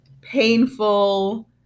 painful